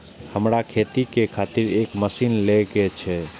हमरा खेती के खातिर एक मशीन ले के छे?